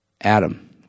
Adam